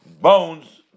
Bones